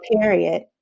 period